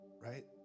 right